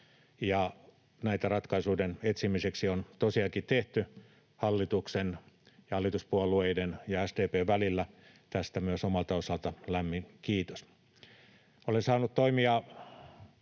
tätä ratkaisuiden etsimiseksi on tosiaankin tehty hallituspuolueiden ja SDP:n välillä. Tästä myös omalta osaltani lämmin kiitos. Olen saanut toimia